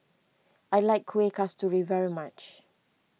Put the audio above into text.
I like Kueh Kasturi very much